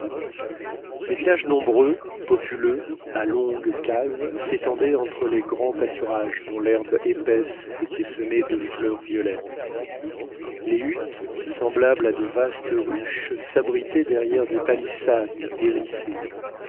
des villages nombreux populeux à longues cases s'étendaient entre les grands pâturages dont l'herbe épaisse était semée de fleurs violettes les huttes semblables à de vastes ruches s'abritaient derrière des palissades hérissées